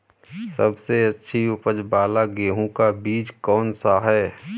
सबसे अच्छी उपज वाला गेहूँ का बीज कौन सा है?